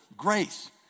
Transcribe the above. grace